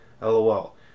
LOL